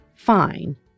fine